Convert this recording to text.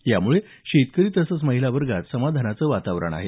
यामुळे शेतकरी तसंच महिला वर्गात समाधानाचं वातावरण आहे